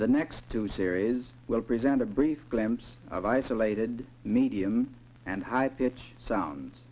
the next two series will present a brief glimpse of isolated medium and high pitch sounds